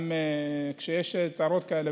גם כשיש צרות כאלה.